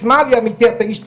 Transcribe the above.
אתה איש ציבור,